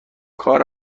کار